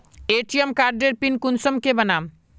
ATM कार्डेर pin कुंसम के बनाम?